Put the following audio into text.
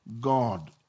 God